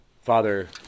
Father